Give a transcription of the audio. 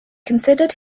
considered